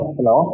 Hello